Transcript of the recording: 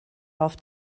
auf